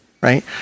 right